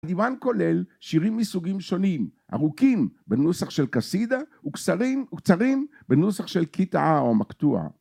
דיוואן כולל שירים מסוגים שונים. ארוכים בנוסח של קסידה, וקסרים... וקצרים בנוסח של קיטעה או מקטוע